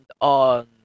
on